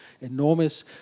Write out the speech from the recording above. enormous